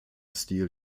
stil